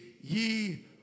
ye